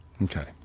Okay